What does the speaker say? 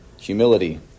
Humility